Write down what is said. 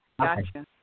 Gotcha